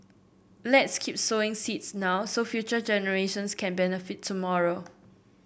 let's keep sowing seeds now so future generations can benefit tomorrow